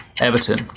Everton